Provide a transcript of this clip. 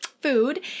food